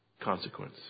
consequence